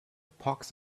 pox